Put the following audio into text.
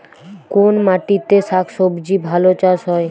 কোন মাটিতে শাকসবজী ভালো চাষ হয়?